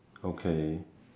okay